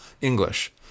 English